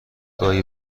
گاهی